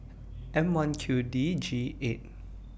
M one Q D G eight